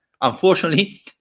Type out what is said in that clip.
unfortunately